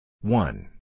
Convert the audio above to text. One